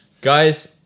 Guys